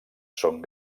són